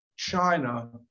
China